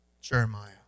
Jeremiah